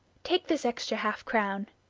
take this extra half-crown.